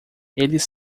eles